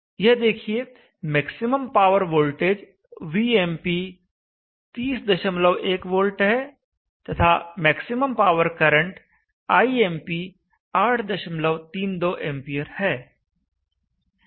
यह देखिए maximum power voltage Vmp 301 V है तथा maximum power current Imp 832 A है